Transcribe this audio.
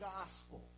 gospel